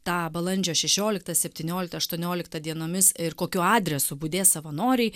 tą balandžio šešioliktą septynioliktą aštuonioliktą dienomis ir kokiu adresu budės savanoriai